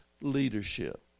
leadership